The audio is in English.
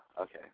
Okay